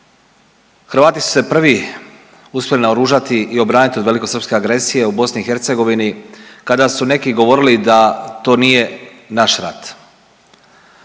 Hrvati su se prvi uspjeli naoružati i obraniti od velikosrpske agresije u BiH kada su neki govorili da to nije naš rat.